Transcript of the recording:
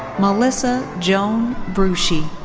melissa joan bruschi.